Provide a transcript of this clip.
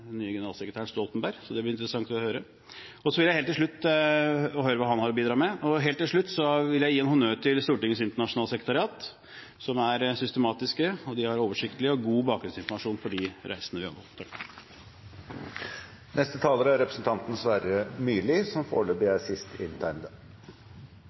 den nye generalsekretær Stoltenberg. Det blir interessant å høre hva han har å bidra med. Helt til slutt vil jeg gi en honnør til Stortingets internasjonale sekretariat, som er systematiske. De har oversiktlig og god bakgrunnsinformasjon for de reisene vi gjør. Her kommer et innlegg fra nok et medlem av NATOs parlamentarikerforsamling, sågar et ganske mangeårig medlem. Nå dreier saken seg i dag i utgangspunktet om arbeidet i delegasjonene i fjor. Dette er